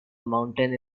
mountain